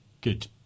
good